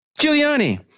Giuliani